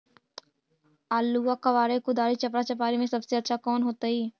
आलुआ कबारेला कुदारी, चपरा, चपारी में से सबसे अच्छा कौन होतई?